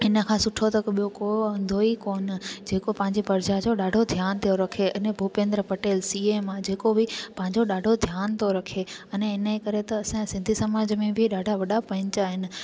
हिन खां सुठो त ॿियो को हूंदो ई कोन जेको पंहिंजे प्रजा जो ॾाढो ध्यानु पियो रखे अने भुपेंद्र पटेल सीएम आहे जेको बि पंहिंजो ॾाढो ध्यान थो रखे अने इन जे करे त असांजे सिंधी सामाज में बि ॾाढा वॾा पंहिंजा आहिनि